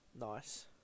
Nice